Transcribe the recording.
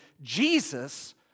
Jesus